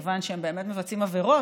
מכיוון שהם באמת מבצעים עבירות,